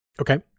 okay